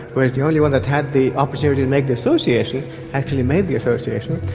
whereas the only one that had the opportunity to make the association actually made the association,